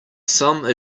some